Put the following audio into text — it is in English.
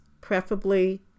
preferably